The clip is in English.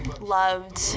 loved